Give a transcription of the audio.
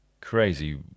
crazy